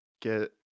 get